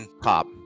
pop